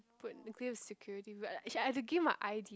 put give security but like I should to give my I_D